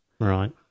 Right